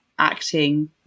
acting